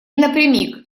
напрямик